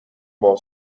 باز